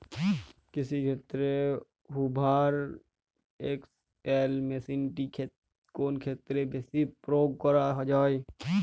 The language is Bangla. কৃষিক্ষেত্রে হুভার এক্স.এল মেশিনটি কোন ক্ষেত্রে বেশি প্রয়োগ করা হয়?